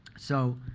so